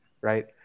right